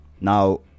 Now